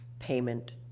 payment